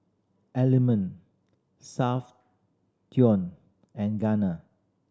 Element Soundteoh and Garnier